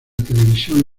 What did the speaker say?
televisión